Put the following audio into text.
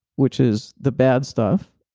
which is the bad stuff,